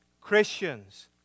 Christians